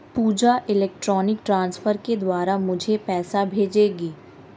पूजा electronic transfer के द्वारा मुझें पैसा भेजेगी